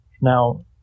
Now